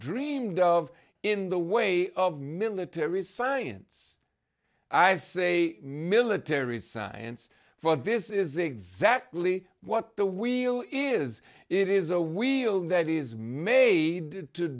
dreamed of in the way of military science i say military science for this is exactly what the wheel is it is a wheel that is made to